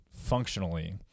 functionally